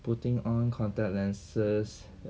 putting on contact lenses